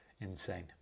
insane